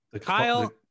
Kyle